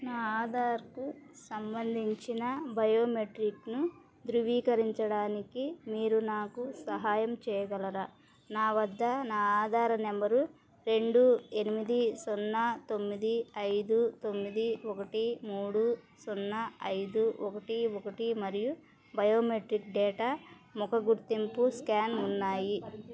నా ఆధార్కు సంబంధించిన బయోమెట్రిక్ను ధృవీకరించడానికి మీరు నాకు సహాయం చేయగలరా నా వద్ద నా ఆధారు నంబరు రెండు ఎనిమిది సున్నా తొమ్మిది ఐదు తొమ్మిది ఒకటి మూడు సున్నా ఐదు ఒకటి ఒకటి మరియు మరియు బయోమెట్రిక్ డేటా ముఖ గుర్తింపు స్కాన్ ఉన్నాయి